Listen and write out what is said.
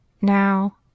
Now